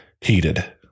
heated